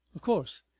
of course!